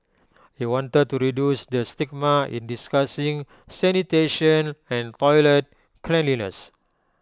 he wanted to reduce the stigma in discussing sanitation and toilet cleanliness